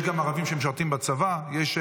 יש גם ערבים שמשרתים בצבא, יש.